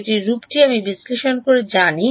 সেটির রূপটি আমি বিশ্লেষণ করে জানি